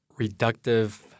reductive